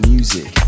Music